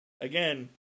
again